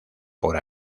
por